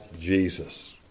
Jesus